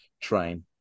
train